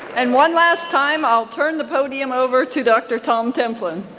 and one last time i'll turn the podium over to dr. tom templin.